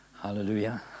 Hallelujah